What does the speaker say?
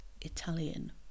Italian